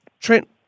Trent